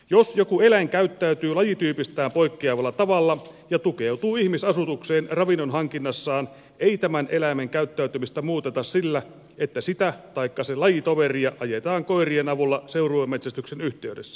jos joku eläin käyttäytyy lajityypistään poikkeavalla tavalla ja tukeutuu ihmisasutukseen ravinnonhankinnassaan ei tämän eläimen käyttäytymistä muuteta sillä että sitä taikka sen lajitoveria ajetaan koirien avulla seuruemetsästyksen yhteydessä